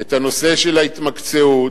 את הנושא של ההתמקצעות